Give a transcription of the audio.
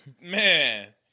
man